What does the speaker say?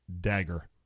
dagger